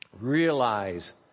Realize